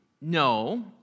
No